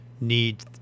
need